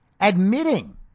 admitting